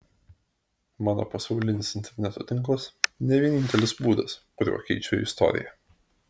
mano pasaulinis interneto tinklas ne vienintelis būdas kuriuo keičiu istoriją